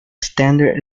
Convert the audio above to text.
standard